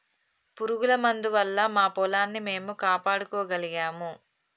పురుగుల మందు వల్ల మా పొలాన్ని మేము కాపాడుకోగలిగాము